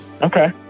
Okay